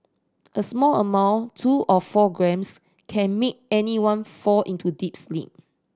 a small amount two or four grams can make anyone fall into a deep sleep